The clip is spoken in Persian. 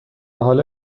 حالا